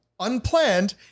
Unplanned